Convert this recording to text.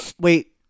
Wait